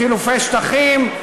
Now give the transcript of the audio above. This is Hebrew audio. חילופי שטחים,